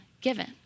given